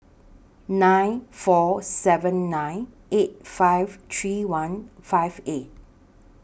nine four seven nine eight five three one five eight